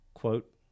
quote